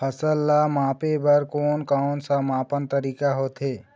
फसल ला मापे बार कोन कौन सा मापन तरीका होथे?